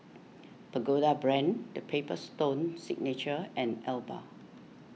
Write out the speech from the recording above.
Pagoda Brand the Paper Stone Signature and Alba